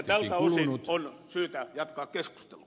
tältä osin on syytä jatkaa keskustelua